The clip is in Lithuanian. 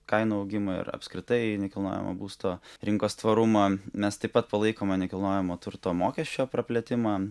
kainų augimą ir apskritai nekilnojamo būsto rinkos tvarumą mes taip pat palaikome nekilnojamo turto mokesčio praplėtimą